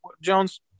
Jones